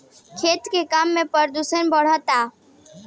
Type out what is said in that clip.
खेती के काम में प्रदूषण बढ़ता